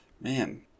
man